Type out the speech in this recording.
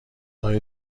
های